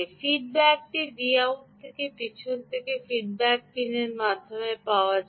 ফিডব্যাকটি Vout থেকে পিছন থেকে ফিডব্যাক পিনের মাধ্যমে পাওয়া যায়